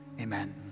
Amen